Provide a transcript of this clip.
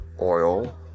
Oil